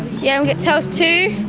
yeah we get toast too,